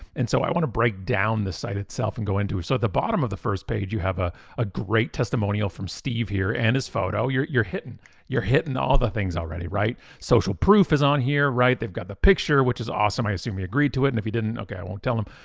and so i wanna break down the site itself and go into it. so the bottom of the first page you have a ah great testimonial from steve here and his photo. you're you're hitting you're hitting all the things already, right? social proof is on here, right? they've got the picture, which is awesome. i assume he agreed to it, and if he didn't, okay i won't tell him.